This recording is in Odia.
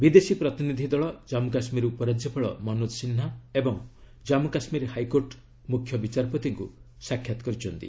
ବିଦେଶୀ ପ୍ରତିନିଧି ଦଳ ଜାଞ୍ଯକାଶ୍ମୀର ଉପରାଜ୍ୟପାଳ ମନୋଜ ସିହ୍ନା ଏବଂ ଜାମ୍ମୁ କାଶ୍ମୀର ହାଇକୋର୍ଟ ମୁଖ୍ୟବିଚାରପତିଙ୍କୁ ସାକ୍ଷାତ କରିଛନ୍ତି